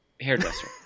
hairdresser